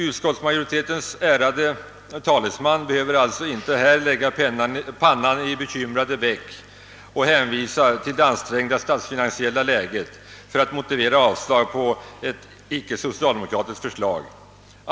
Utskottsmajoritetens ärade talesman behöver allså inte lägga pannan i bekymrade veck och hänvisa till det ansträngda statsfinansiella läget för att motivera avslag på ett icke socialdemokratiskt förslag.